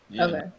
Okay